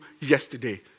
yesterday